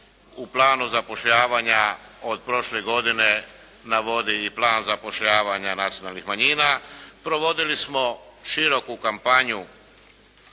u planu zapošljavanja od prošle godine navodi i plan zapošljavanja nacionalnih manjina. Provodili smo široku kampanju